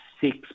six